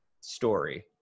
Story